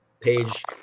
page